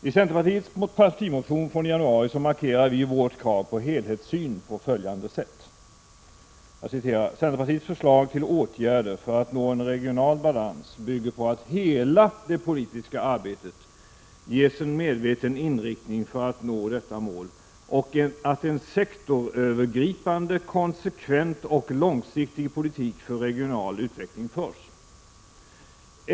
I centerpartiets partimotion från i januari markerar vi vårt krav på helhetssyn på följande sätt: ”Centerpartiets förslag till åtgärder för att nå en regional balans bygger på att hela det politiska arbetet ges en medveten inriktning för att nå detta mål och att en sektorövergripande, konsekvent och långsiktig politik för regional utveckling förs.